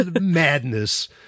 Madness